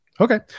Okay